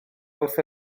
wrth